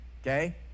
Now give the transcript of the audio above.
okay